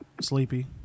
Sleepy